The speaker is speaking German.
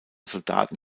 soldaten